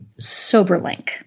Soberlink